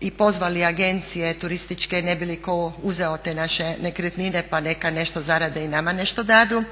i pozvali agencije turističke ne bi li tko uzeo te naše nekretnine pa neka nešto zarade i nama nešto dadu.